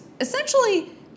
Essentially